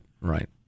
right